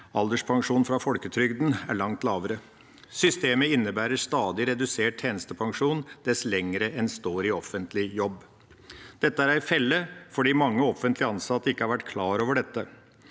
alderspensjon fra folketrygden er langt lavere. Systemet innebærer stadig redusert tjenestepensjon dess lenger en står i offentlig jobb. Dette er en felle fordi mange offentlig ansatte ikke har vært klar over dette.